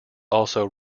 also